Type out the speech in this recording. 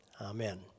Amen